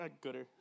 gooder